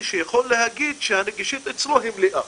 שיכול להגיד שהנגישות אצלו היא מלאה.